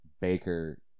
Baker